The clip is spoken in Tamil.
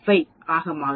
5 ஆக மாறும்